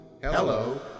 Hello